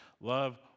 Love